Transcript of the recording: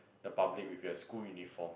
the public with your school uniform